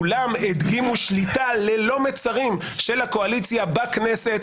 כולן הדגימו שליטה ללא מצרים של הקואליציה בכנסת.